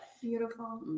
beautiful